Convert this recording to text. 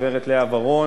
היועצת המשפטית,